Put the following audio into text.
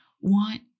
want